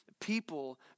people